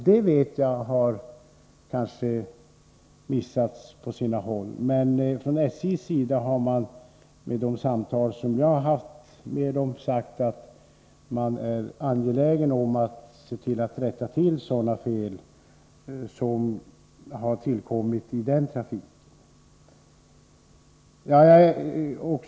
Just detta har man kanske inte lyckats med på sina håll, men vid de samtal jag har haft med SJ har det framkommit att man är angelägen om att rätta till de fel som har uppstått i det avseendet.